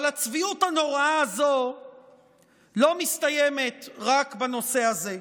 אבל הצביעות הנוראה הזו לא מסתיימת רק בנושא הזה,